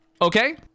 okay